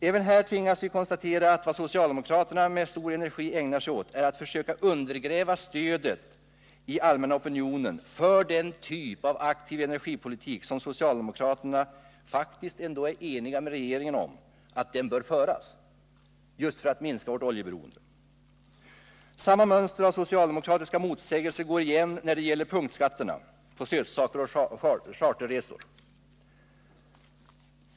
Även här tvingas vi konstatera att vad socialdemokraterna med stor energi ägnar sig åt är att försöka undergräva stödet i allmänna opinionen för den typ av aktiv energipolitik som socialdemokraterna faktiskt är eniga med regeringen om bör föras för att minska vårt oljeberoende. Samma mönster av socialdemokratiska motsägelser går igen när det gäller punktskatterna på sötsaker och charterresor.